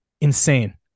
insane